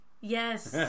Yes